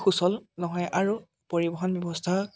সুচল নহয় আৰু পৰিৱহন ব্যৱস্থা